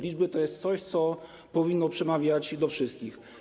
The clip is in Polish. Liczby to jest coś, co powinno przemawiać do wszystkich.